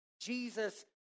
Jesus